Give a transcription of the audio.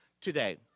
today